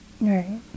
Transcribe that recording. Right